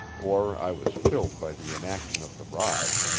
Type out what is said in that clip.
or i was chilled by the inaction of the ride.